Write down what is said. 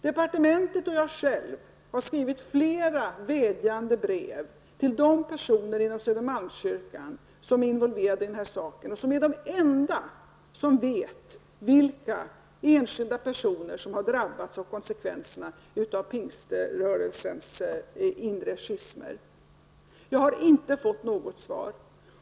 Departementet och jag själv har skrivit flera vädjande brev till personer inom Södermalmskyrkan som är involverade i detta och som är de enda som vet vilka enskilda personer som har drabbats när det gäller konsekvenserna av pingströrelsens inre schismer. Jag har inte fått något svar.